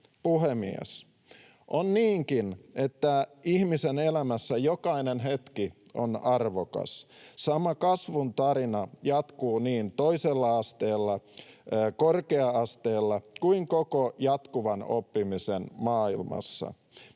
Puhemies! On niinkin, että ihmisen elämässä jokainen hetki on arvokas. Sama kasvun tarina jatkuu niin toisella asteella, korkea-asteella kuin koko jatkuvan oppimisen maailmassa.